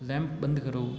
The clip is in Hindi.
लैंप बंद करो